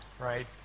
right